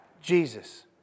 Jesus